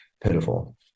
pitiful